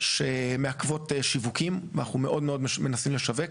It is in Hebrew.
שמעכבות שיווקים ואנחנו מאוד מנסים לשווק.